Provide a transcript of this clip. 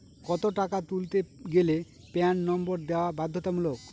কত টাকা তুলতে গেলে প্যান নম্বর দেওয়া বাধ্যতামূলক?